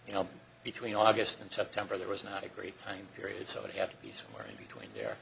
you know between august and september there was not a great time period so it had to be somewhere in between there